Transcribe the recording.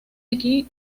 aquí